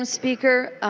um speaker.